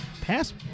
pass